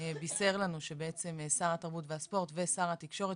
בישר לנו שבעצם שר התרבות והספורט ושר התקשורת